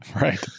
Right